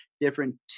different